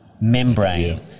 membrane